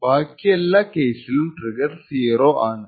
ബാക്കിയെല്ലാ കേസിലും ട്രിഗർ 0 ആണ്